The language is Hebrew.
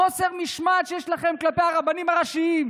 חוסר המשמעת שיש לכם כלפי הרבנים הראשיים,